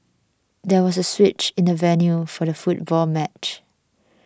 there was a switch in the venue for the football match